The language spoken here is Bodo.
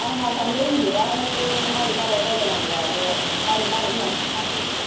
आं हारसानिबो रोंजोबाहाय माबोरै माबोरै रायज्लाय नांगौ आब' माबोरै माबोरै होननानै बिनांगौ